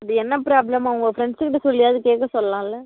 அது என்ன ப்ராப்ளம் அவங்க ஃப்ரெண்ட்ஸுக்கிட்டே சொல்லியாவது கேட்க சொல்லலாம்ல